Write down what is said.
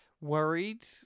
worried